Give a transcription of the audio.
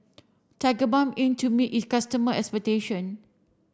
Tigerbalm aim to meet its customer expectation